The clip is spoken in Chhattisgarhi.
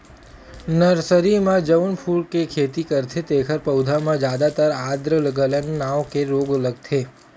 नरसरी म जउन फूल के खेती करथे तेखर पउधा म जादातर आद्र गलन नांव के रोग लगथे